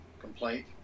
complaint